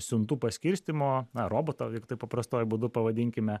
siuntų paskirstymo robotą jeigu taip paprastuoju būdu pavadinkime